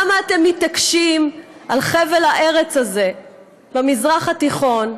למה אתם מתעקשים על חבל הארץ הזה במזרח התיכון,